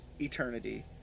eternity